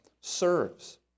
serves